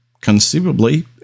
conceivably